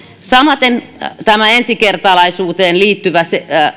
samaten tämä ensikertalaisuuteen liittyvä